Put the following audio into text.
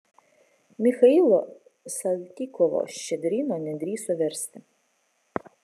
michailo saltykovo ščedrino nedrįso versti